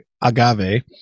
agave